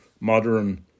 modern